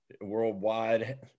worldwide